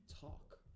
talk